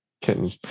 kitten